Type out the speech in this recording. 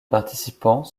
participants